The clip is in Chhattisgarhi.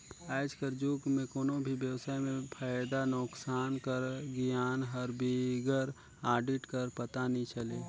आएज कर जुग में कोनो भी बेवसाय में फयदा नोसकान कर गियान हर बिगर आडिट कर पता नी चले